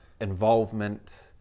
involvement